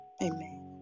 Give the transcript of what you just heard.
Amen